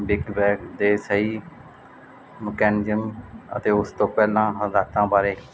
ਵਿਗਵੈਗ ਦੇ ਸਹੀ ਮਕੈਨਜਮ ਅਤੇ ਉਸ ਤੋਂ ਪਹਿਲਾਂ ਹਦਾਇਤਾਂ ਬਾਰੇ